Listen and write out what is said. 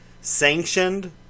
sanctioned